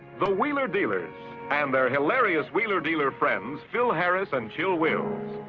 the wheeler dealers and their hilarious wheeler dealer friends, phil harris and chill wills.